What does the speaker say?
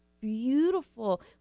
beautiful